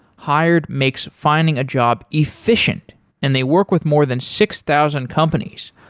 hired makes finding a job efficient and they work with more than six thousand companies,